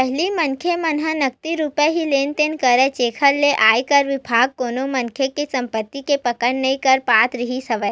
पहिली मनखे मन ह नगदी रुप ही लेन देन करय जेखर ले आयकर बिभाग कोनो मनखे के संपति के पकड़ नइ कर पात रिहिस हवय